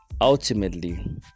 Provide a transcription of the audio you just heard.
ultimately